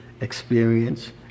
experience